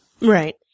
Right